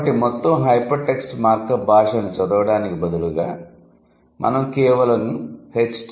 కాబట్టి మొత్తం hypertext markup భాష అని చదవడానికి బదులుగా మనం కేవలం హెచ్